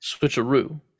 switcheroo